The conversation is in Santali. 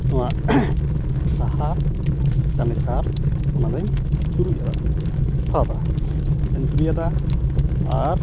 ᱱᱚᱣᱟ ᱥᱟᱦᱟᱨ ᱛᱟᱦᱞᱮ ᱥᱟᱨ ᱚᱱᱟᱫᱚᱧ ᱪᱩᱨᱩᱡᱟᱜᱼᱟ ᱛᱷᱟᱨ ᱨᱮ ᱚᱱᱟᱧ ᱪᱩᱨᱩᱡᱼᱟᱫᱟ ᱟᱨ